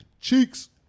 Cheeks